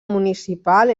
municipal